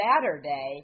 Saturday